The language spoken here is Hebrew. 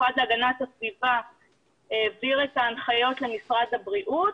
המשרד להגנת הסביבה העביר את ההנחיות למשרד הבריאות